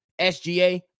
SGA